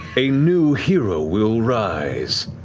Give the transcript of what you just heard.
a new hero will rise.